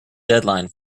deadline